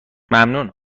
ممنون